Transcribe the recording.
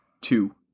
Two